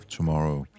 Tomorrow